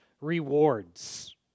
rewards